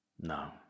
No